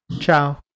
Ciao